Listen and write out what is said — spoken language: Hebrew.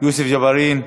יוסף ג'בארין.